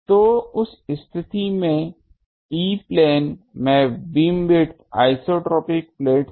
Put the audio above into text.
तो उस स्थिति में E प्लेन में बैंडविड्थ आइसोट्रोपिक प्लेट्स से